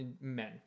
men